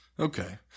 Okay